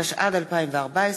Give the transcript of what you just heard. התשע"ד 2014,